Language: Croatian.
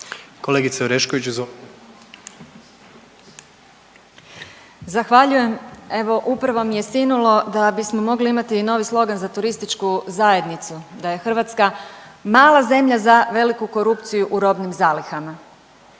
kolegica Orešković ovdje